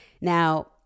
Now